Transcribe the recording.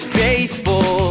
faithful